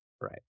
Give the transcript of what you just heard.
Right